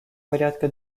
порядка